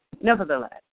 Nevertheless